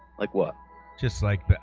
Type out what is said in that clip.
like what just like but